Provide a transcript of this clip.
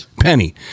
penny